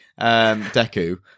Deku